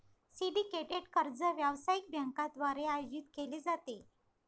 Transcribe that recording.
syndicated कर्ज व्यावसायिक बँकांद्वारे आयोजित केले जाते